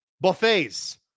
buffets